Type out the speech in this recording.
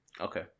Okay